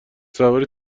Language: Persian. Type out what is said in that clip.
سواری